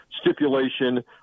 stipulation